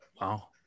wow